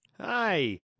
hi